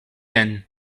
anne